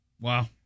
Wow